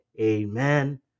Amen